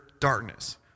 darkness